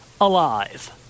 alive